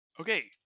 Okay